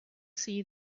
see